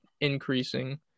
increasing